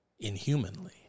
inhumanly